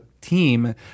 team